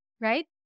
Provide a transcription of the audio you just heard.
right